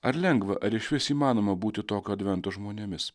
ar lengva ar išvis įmanoma būti tokio advento žmonėmis